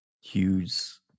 Hughes